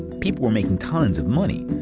people were making tons of money!